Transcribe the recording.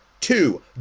two